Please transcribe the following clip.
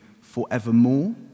forevermore